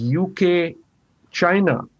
UK-China